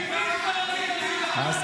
עברית לא רצית שידברו.